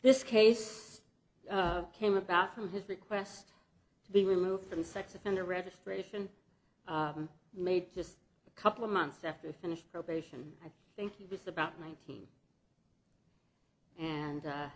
this case came about from his request to be removed from sex offender registration made just a couple of months after he finished probation i think he was about nineteen and